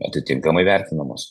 atitinkamai vertinamos